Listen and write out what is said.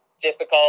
difficult